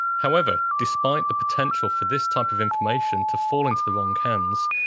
however, despite the potential for this type of information to fall into the wrong hands,